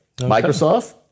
Microsoft